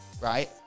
right